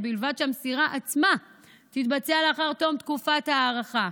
ובלבד שהמסירה עצמה תתבצע לאחר תום תקופת ההארכה.